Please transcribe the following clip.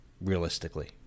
realistically